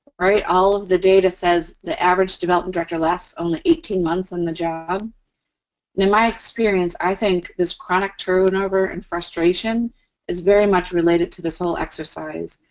right? all of the data says the average development director lasts only eighteen months on the job. and in my experience, i think this chronic turnover and frustration is very much related to this whole exercise.